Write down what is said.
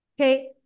Okay